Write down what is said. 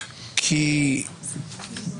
כי "גוגל"